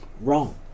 wrong